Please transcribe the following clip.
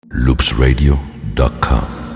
loopsradio.com